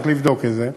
צריך לבדוק את זה.